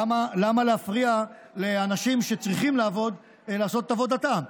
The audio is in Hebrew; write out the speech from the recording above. למה להפריע לאנשים שצריכים לעבוד לעשות את עבודתם?